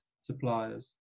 suppliers